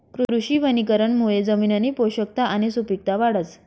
कृषी वनीकरणमुये जमिननी पोषकता आणि सुपिकता वाढस